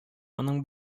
моның